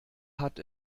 hat